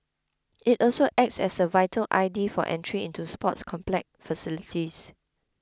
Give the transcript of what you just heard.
it also acts as a virtual I D for entry into sports complex facilities